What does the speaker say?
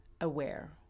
aware